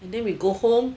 and then we go home